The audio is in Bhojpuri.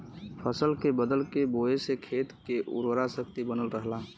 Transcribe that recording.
फसल के बदल के बोये से खेत के उर्वरा शक्ति बनल रहला